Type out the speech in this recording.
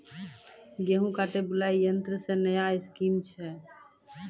गेहूँ काटे बुलाई यंत्र से नया स्कीम छ?